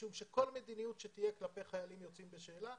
משום שכל מדיניות שתהיה כלפי חיילים יוצאים בשאלה,